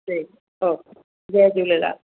जी हा जय झूलेलाल